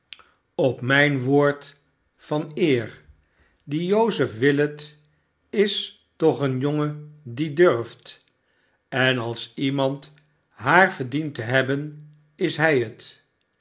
op mijn woord van eer die joseph willet is toch een jongen die durft en als iemand haar verdient te hebben is hij het